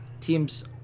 teams